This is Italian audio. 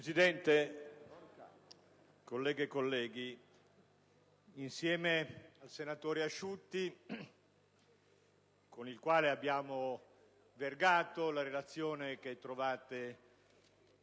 Presidente, colleghe e colleghi, insieme al senatore Asciutti abbiamo vergato la relazione allegata